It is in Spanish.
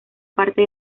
parte